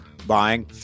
buying